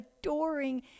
adoring